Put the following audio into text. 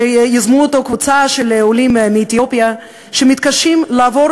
שיזמו קבוצה של עולים מאתיופיה שמתקשים לעבור